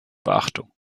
beachtung